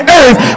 earth